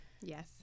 yes